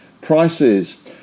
prices